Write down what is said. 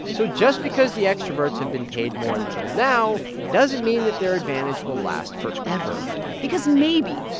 so just because the extroverts have been paid more until now doesn't mean that their advantage will last forever because maybe,